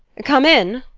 come in!